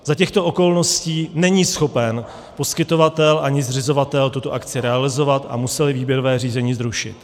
Za těchto okolností není schopen poskytovatel ani zřizovatel tuto akci realizovat a museli výběrové řízení zrušit.